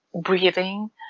breathing